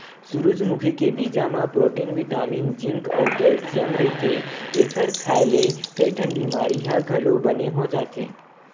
सूरजमुखी के बीजा म प्रोटीन बिटामिन जिंक अउ केल्सियम रहिथे, एखर खांए ले कइठन बिमारी ह घलो बने हो जाथे